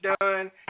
done